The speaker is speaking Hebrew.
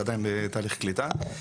זה עדיין בתהליך קליטה.